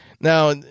Now